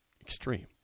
extreme